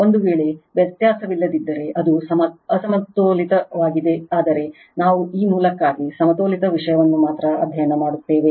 ಒಂದು ವೇಳೆ ವ್ಯತ್ಯಾಸವಿಲ್ಲದಿದ್ದರೆ ಅದು ಅಸಮತೋಲಿತವಾಗಿದೆ ಆದರೆ ನಾವು ಈ ಮೂಲಕ್ಕಾಗಿ ಸಮತೋಲಿತ ವಿಷಯವನ್ನು ಮಾತ್ರ ಅಧ್ಯಯನ ಮಾಡುತ್ತೇವೆ